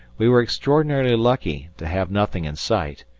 we were extraordinarily lucky to have nothing in sight,